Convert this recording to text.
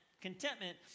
contentment